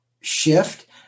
shift